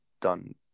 done